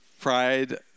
pride